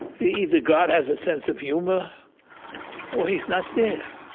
either god has a sense of humor or he's not there.